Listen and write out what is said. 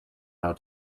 how